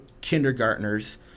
kindergartners